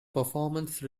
performance